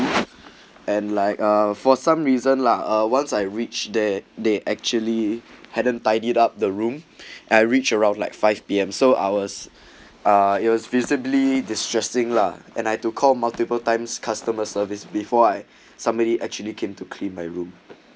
and like uh for some reason lah uh once I reach there they actually hadn't tied it up the room I reach around like five pm so ours ah it was visibly distrusting lah and I to call multiple times customer service before I somebody actually came to clean my room